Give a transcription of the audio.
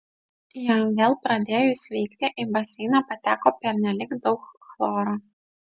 jam vėl pradėjus veikti į baseiną pateko pernelyg daug chloro